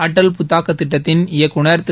அட்டல் புத்தாக்க திட்டத்தின் இயக்குநர் திரு